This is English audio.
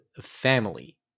family